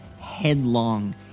headlong